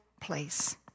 place